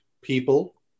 people